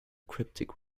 cryptic